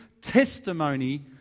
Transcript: testimony